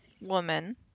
woman